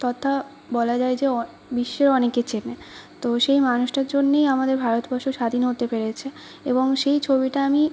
তথা বলা যায় যে অ বিশ্বের অনেকে চেনে তো সেই মানুষটার জন্যেই আমাদের ভারতবর্ষ স্বাধীন হতে পেরেছে এবং সেই ছবিটা আমি